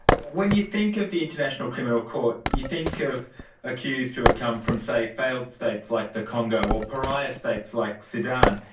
when you think of the international criminal court you think of accused who have come from, say, failed states like the congo or pariah states like sudan.